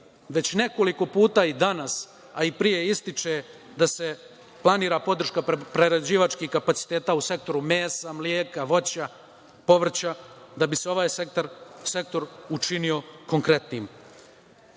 već nekoliko puta danas, a i pre ističe da se planira podrška prerađivačkih kapaciteta u sektoru mesa, mleka, voća, povrća da bi se ovaj sektor učinio konkretnim.